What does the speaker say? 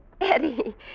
Eddie